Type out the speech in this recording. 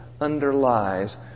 underlies